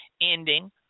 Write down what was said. ending